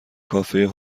کافه